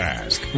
ask